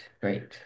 Great